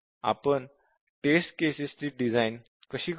आपण test cases ची design कशी करू